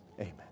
Amen